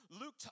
Luke